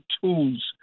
tools